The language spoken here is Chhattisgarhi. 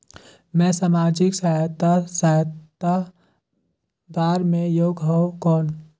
मैं समाजिक सहायता सहायता बार मैं योग हवं कौन?